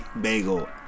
bagel